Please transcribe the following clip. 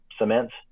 cements